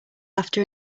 after